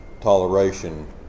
toleration